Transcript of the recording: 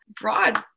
broad